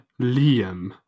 Liam